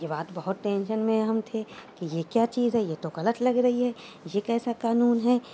یہ بات بہت ٹینشن میں ہم تھے کہ یہ کیا چیز ہے یہ تو غلط لگ رہی ہے یہ کیسا قانون ہے